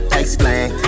explain